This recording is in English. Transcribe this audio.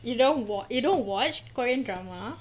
you don't wa~ you don't watch korean drama